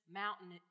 mountain